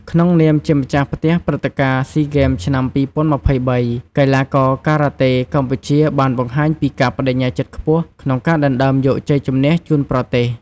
ក្នុងនាមជាម្ចាស់ផ្ទះព្រឹត្តិការណ៍ស៊ីហ្គេមឆ្នាំ ២០២៣ កីឡាករការ៉ាតេកម្ពុជាបានបង្ហាញពីការប្ដេជ្ញាចិត្តខ្ពស់ក្នុងការដណ្តើមយកជ័យជម្នះជូនប្រទេស។។